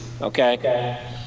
okay